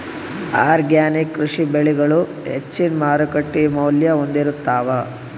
organic ಕೃಷಿ ಬೆಳಿಗಳು ಹೆಚ್ಚಿನ್ ಮಾರುಕಟ್ಟಿ ಮೌಲ್ಯ ಹೊಂದಿರುತ್ತಾವ